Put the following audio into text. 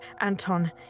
Anton